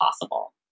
possible